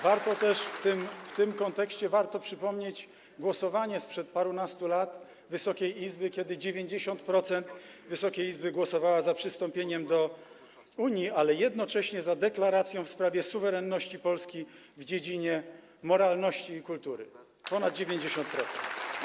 W tym kontekście warto przypomnieć głosowanie sprzed parunastu lat Wysokiej Izby, kiedy 90% Wysokiej Izby głosowało za przystąpieniem do Unii, ale jednocześnie za deklaracją w sprawie suwerenności Polski w dziedzinie moralności i kultury, ponad 90%.